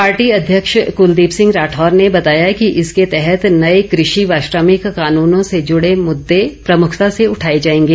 party अध्यक्ष कुलदीप सिंह राठौर ने बताया कि इसके तहत नए कृषि व श्रमिक कानूनों से जुड़े मुद्दे प्रमुखता से उठाए जाएंगे